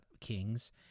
kings